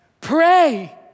pray